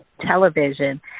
Television